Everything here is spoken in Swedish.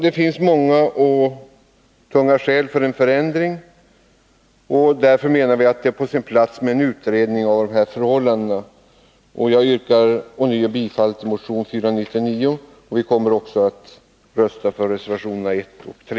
Det finns många och tunga skäl för en förändring. Därför menar vi att det är på sin plats med en utredning av förhållandena. Jag yrkar alltså bifall till motion nr 499, och vpk kommer som sagt att rösta för reservationerna 1 och 3.